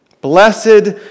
blessed